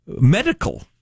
medical